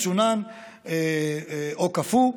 מצונן או קפוא,